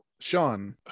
sean